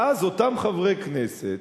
ואז אותם חברי כנסת